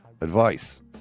advice